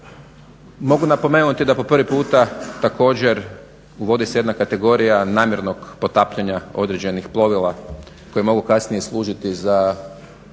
Mogu napomenuti da po prvi puta također uvodi se jedna kategorija namjernog potapanja određenih plovila koji mogu kasnije služiti za